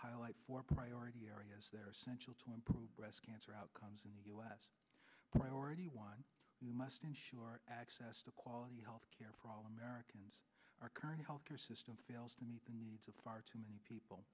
highlight four priority areas there are central to improve breast cancer outcomes in the u s priority one we must ensure access to quality health care for all americans our current health care system fails to meet the needs of far too many people